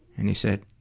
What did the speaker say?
and he said,